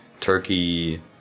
Turkey